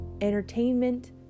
Entertainment